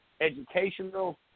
educational